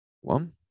one